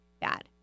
bad